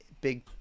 big